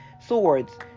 swords